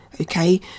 Okay